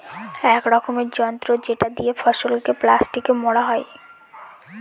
এক রকমের যন্ত্র যেটা দিয়ে ফসলকে প্লাস্টিকে মোড়া হয়